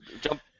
jump